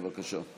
בבקשה.